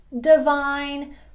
divine